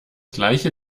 gleiche